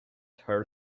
her